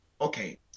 Okay